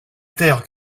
terre